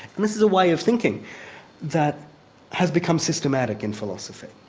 and this is a way of thinking that has become systematic in philosophy,